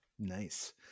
Nice